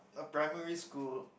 a primary school